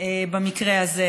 במקרה הזה,